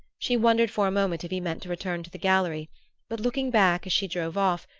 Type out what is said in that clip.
she wondered for a moment if he meant to return to the gallery but, looking back as she drove off,